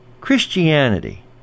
Christianity